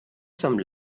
some